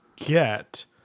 Get